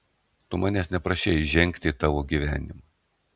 tu manęs neprašei įžengti į tavo gyvenimą